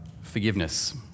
forgiveness